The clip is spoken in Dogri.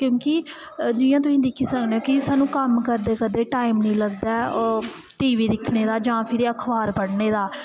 क्योंकि जियां तुसीं दिक्खी सकने ओ कि सानूं कम्म करदे करदे टाइम निं लगदा ऐ ओह् टी वी दिक्खने दा जां फिर अखबार पढ़ने दा